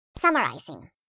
Summarizing